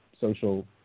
social